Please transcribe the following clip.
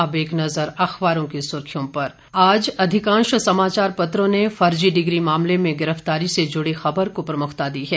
और अब एक नज़र अख़बारों की सुर्खियां पर आज अधिकांश समाचार पत्रों ने फर्जी डिग्री मामले में गिरफ्तारी से जुड़ी खबर को प्रमुखता दी है